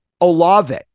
Olave